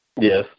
Yes